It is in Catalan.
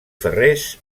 ferrers